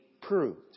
proved